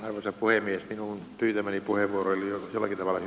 arvoisa puhemies egon pitäväni puheenvuoroihin ovat itävallan